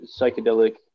psychedelic